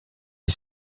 est